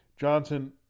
Johnson